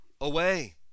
away